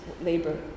labor